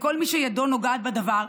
לכל מי שידו נוגעת בדבר,